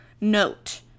note